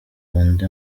undi